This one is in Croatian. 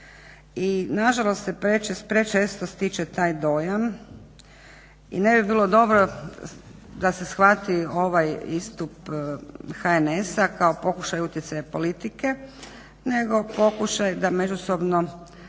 I na žalost se prečesto stiče taj dojam i ne bi bilo dobro da se shvati ovaj istup HNS-a kao pokušaj utjecaja politike, nego pokušaj da međusobnim